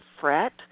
fret